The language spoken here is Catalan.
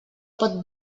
pot